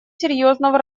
серьезного